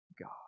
God